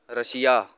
Russia